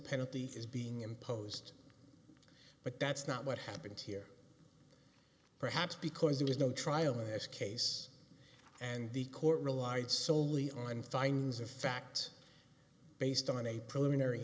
penalty is being imposed but that's not what happened here perhaps because there was no trial in this case and the court relied solely on findings of fact based on a preliminary